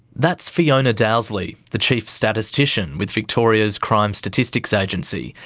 that's fiona dowsley, the chief statistician with victoria's crime statistics agency,